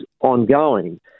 ongoing